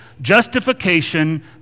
justification